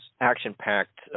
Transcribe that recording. action-packed